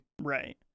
right